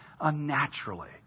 unnaturally